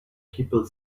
people